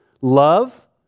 Love